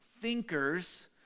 thinkers